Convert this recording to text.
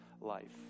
life